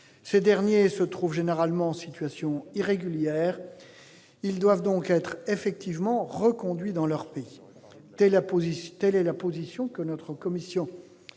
Ces derniers se trouvent généralement en situation irrégulière. Ils doivent donc être reconduits dans leur pays. Telle est la position que la commission